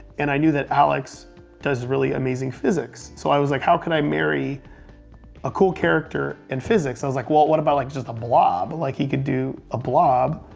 and i knew that alex does really amazing physics. so i was like, how can i marry a cool character and physics. i was like, well, what about like just a blob? like, he could do a blob.